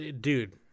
dude